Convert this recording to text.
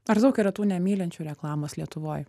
ar daug yra tų nemylinčių reklamos lietuvoj